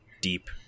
deep